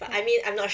okay